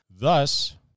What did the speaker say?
thus